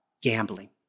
gambling